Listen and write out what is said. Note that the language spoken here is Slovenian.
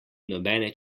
nobene